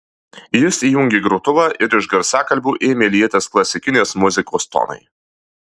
jis įjungė grotuvą ir iš garsiakalbių ėmė lietis klasikinės muzikos tonai